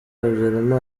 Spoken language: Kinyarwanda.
habyarima